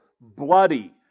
bloody